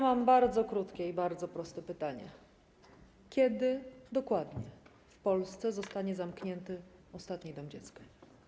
Mam bardzo krótkie i bardzo proste pytanie: Kiedy dokładnie w Polsce zostanie zamknięty ostatni dom dziecka?